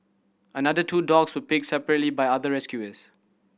another two dogs were picked separately by other rescuers